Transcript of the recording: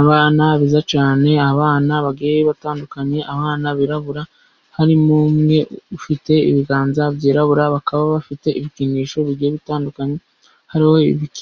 Abana beza cyane, abana bagiye batandukanye, abana birabura, harimo umwe ufite ibiganza byirabura, bakaba bafite ibikinisho bigiye bitandukanye, hariho